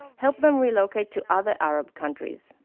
help them relocate to other arab countries.